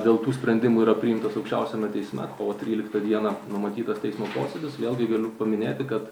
dėl tų sprendimų yra priimtas aukščiausiame teisme kovo tryliktą dieną numatytas teismo posėdis vėlgi galiu paminėti kad